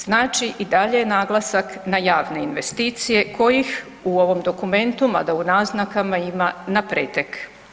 Znači i dalje je naglasak na javne investicije kojih u ovom dokumentu mada u naznakama, ima napretek.